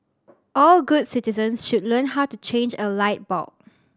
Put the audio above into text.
all good citizens should learn how to change a light bulb